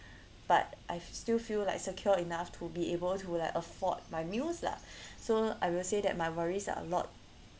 but I still feel like secure enough to be able to like afford my meals lah so I will say that my worries are a lot